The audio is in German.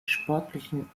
sportlichen